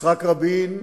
יצחק רבין,